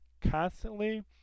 constantly